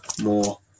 more